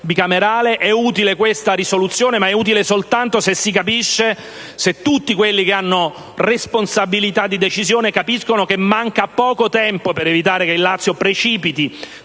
è utile la risoluzione, ma lo è soltanto se tutti quelli che hanno responsabilità di decisione capiscono che manca poco tempo per evitare che il Lazio cada